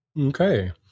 Okay